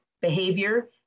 behavior